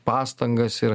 pastangas ir